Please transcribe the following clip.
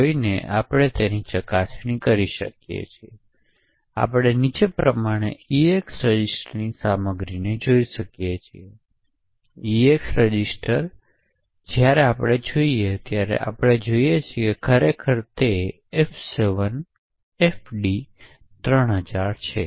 જોઈને આપણે તેની ચકાસણી કરી શકીએ છીએ અને આપણે નીચે પ્રમાણે EAX રજિસ્ટરની સામગ્રીને જોઈ શકીએ છીએ EAX રજીસ્ટર કરીએ છીએ અને આપણે જોઈએ છીએ કે ખરેખર તે F7FD3000 છે